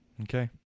Okay